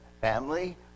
family